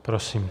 Prosím.